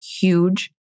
huge